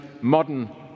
modern